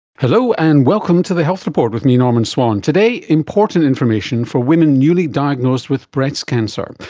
hello, and welcome to the health report with me, norman swan. today, important information for women newly diagnosed with breast cancer.